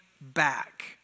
back